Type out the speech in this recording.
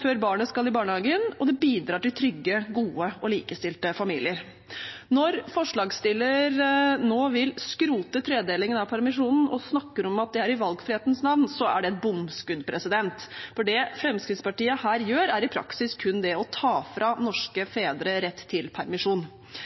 før barnet skal i barnehagen, og det bidrar til trygge, gode og likestilte familier. Når forslagsstillerne nå vil skrote tredelingen av permisjonen og snakker om at det er i valgfrihetens navn, er det et bomskudd, for det Fremskrittspartiet her gjør, er i praksis kun det å ta fra norske fedre rett til permisjon.